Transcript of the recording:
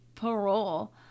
parole